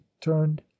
turned